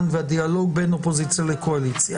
ולדיאלוג בין האופוזיציה לבין הקואליציה.